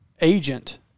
agent